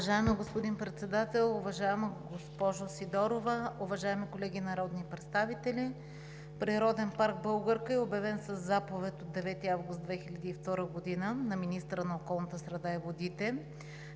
Уважаеми господин Председател, уважаема госпожо Сидорова, уважаеми колеги народни представители! Природен парк „Българка“ е обявен със заповед от 9 август 2002 г. на министъра на околната среда и водите